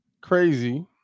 crazy